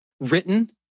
written